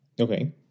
Okay